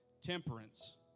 temperance